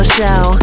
Show